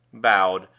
bowed,